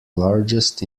largest